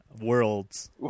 worlds